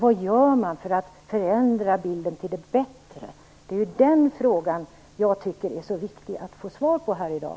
Vad gör man för att förändra bilden till det bättre? Det är ju den frågan jag tycker är så viktig att få svar på här i dag.